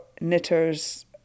knitters